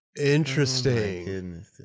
interesting